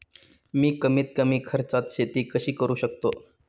मी कमीत कमी खर्चात शेती कशी करू शकतो?